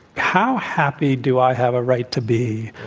how happy do i have a right to be?